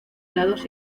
lados